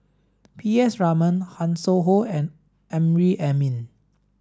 P S Raman Hanson Ho and Amrin Amin